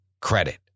credit